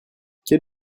quel